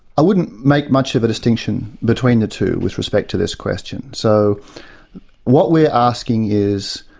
i wouldn't make much of a distinction between the two with respect to this question. so what we're asking is,